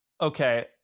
Okay